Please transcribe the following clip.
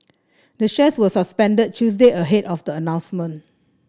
the shares were suspended Tuesday ahead of the announcement